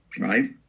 right